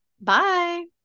Bye